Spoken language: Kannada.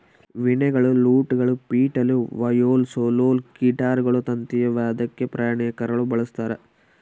ವೀಣೆಗಳು ಲೂಟ್ಗಳು ಪಿಟೀಲು ವಯೋಲಾ ಸೆಲ್ಲೋಲ್ ಗಿಟಾರ್ಗಳು ತಂತಿಯ ವಾದ್ಯಕ್ಕೆ ಪ್ರಾಣಿಯ ಕರಳು ಬಳಸ್ತಾರ